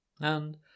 And